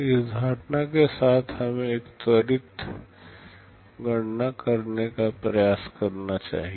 इस धारणा के साथ हमें एक त्वरित गणना करने का प्रयास करना चाहिए